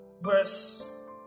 verse